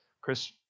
Chris